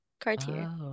Cartier